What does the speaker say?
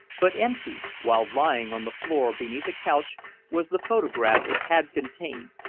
but empty, while lying on the floor beneath a couch was the photograph it had contained,